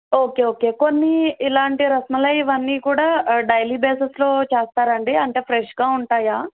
okay okay కొన్ని ఇలాంటి రాస్ మలై ఇవన్నీ కూడా డైలీ బేసస్లో చేస్తారా అండి అంటే ఫ్రెష్గా ఉంటాయా